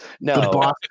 no